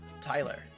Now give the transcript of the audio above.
Tyler